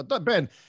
Ben